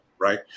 right